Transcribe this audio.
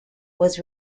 was